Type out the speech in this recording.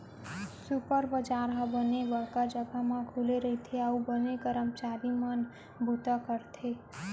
super बजार ह बने बड़का जघा म खुले रइथे अउ बने करमचारी मन बूता करथे